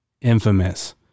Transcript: infamous